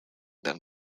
them